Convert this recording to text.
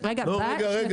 לא אמרתי חומש.